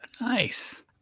nice